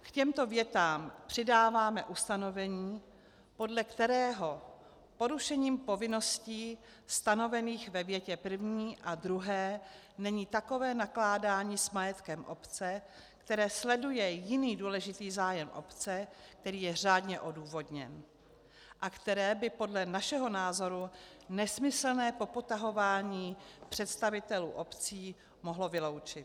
K těmto větám přidáváme ustanovení, podle kterého porušením povinností stanovených ve větě první a druhé není takové nakládání s majetkem obce, které sleduje jiný důležitý zájem obce, který je řádně odůvodněn, a které by podle našeho názoru nesmyslné popotahování představitelů obcí mohlo vyloučit.